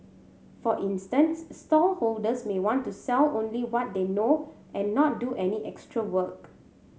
for instance stallholders may want to sell only what they know and not do any extra work